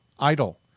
idle